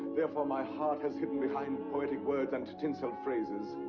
therefore my heart has hidden behind poetic words and tinsel phrases.